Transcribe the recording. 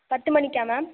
பத்து மணிக்கா மேம்